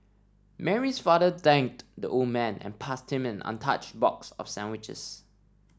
Mary's father thanked the old man and passed him an untouched box of sandwiches